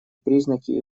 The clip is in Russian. признаки